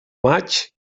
maig